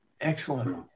Excellent